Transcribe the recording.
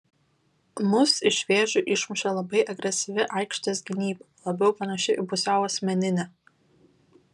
mus iš vėžių išmušė labai agresyvi aikštės gynyba labiau panaši į pusiau asmeninę